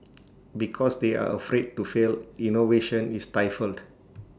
because they are afraid to fail innovation is stifled